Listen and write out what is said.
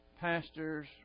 pastors